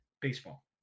Baseball